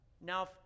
Now